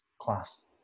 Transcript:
class